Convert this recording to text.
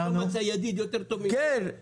פשוט בני גנץ לא מצא ידיד יותר טוב ממני בקואליציה.